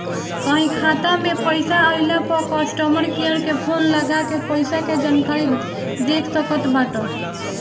कहीं खाता में पईसा आइला पअ कस्टमर केयर के फोन लगा के पईसा के जानकारी देख सकत बाटअ